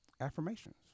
affirmations